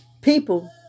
people